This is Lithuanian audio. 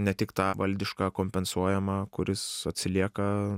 ne tik tą valdišką kompensuojamą kuris atsilieka